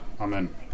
Amen